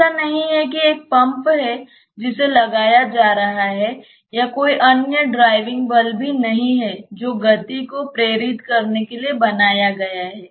ऐसा नहीं है कि एक पंप है जिसे लगाया जा रहा है या कोई अन्य ड्राइविंग बल भी नहीं है जो गति को प्रेरित करने के लिए बनाया गया है